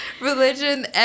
religion –